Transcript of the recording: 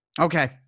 Okay